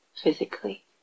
Physically